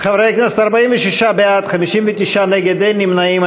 חברי הכנסת, 46 בעד, 59 נגד, אין נמנעים.